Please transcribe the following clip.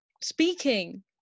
Speaking